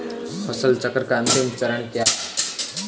फसल चक्र का अंतिम चरण क्या है?